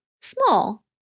small